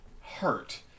hurt